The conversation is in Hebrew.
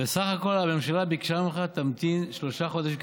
וסך הכול הממשלה ביקשה ממך: תמתין שלושה חודשים,